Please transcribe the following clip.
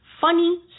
funny